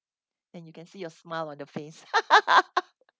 then you can see your smile on the face